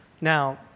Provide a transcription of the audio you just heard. Now